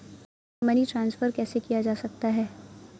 Money transfer कैसे किया जा सकता है?